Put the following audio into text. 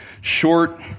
short